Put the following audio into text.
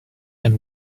and